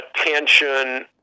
attention